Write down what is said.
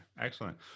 excellent